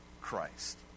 Christ